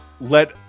let